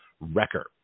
wrecker